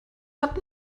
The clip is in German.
hat